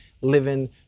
living